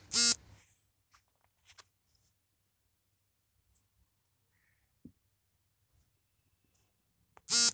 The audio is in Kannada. ತೋಟಗಾರಿಕೆ ಬೆಳೆಗಾರರಿಗೆ ಬೆಂಬಲ ಬಲೆ ನೀಡಬೇಕೆಂದು ರೈತರು ಹೋರಾಟ ಮಾಡಿದರು